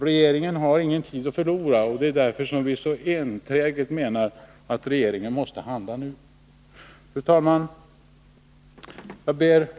Regeringen har ingen tid att förlora, och det är därför vi så enträget uppmanar regeringen att handla nu. Fru talman!